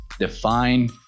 define